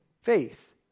faith